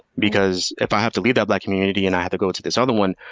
because if i have to leave that black community and i have to go to this other one,